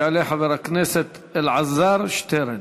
יעלה חבר הכנסת אלעזר שטרן.